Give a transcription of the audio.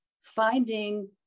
finding